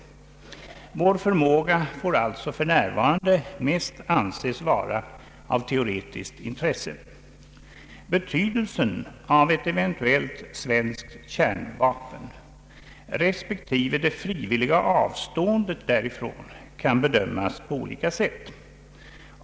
Vår förmåga får alltså för närva rande mest anses vara av teoretiskt intresse. Betydelsen av ett eventuellt svenskt kärnvapen respektive det frivilliga avståendet därifrån kan bedömas på olika sätt.